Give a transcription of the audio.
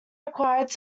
required